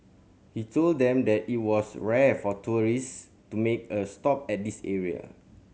he told them that it was rare for tourist to make a stop at this area